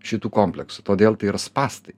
šitų kompleksų todėl tai yra spąstai